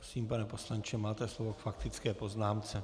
Prosím, pane poslanče, máte slovo k faktické poznámce.